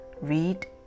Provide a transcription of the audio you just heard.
Read